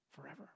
forever